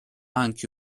anche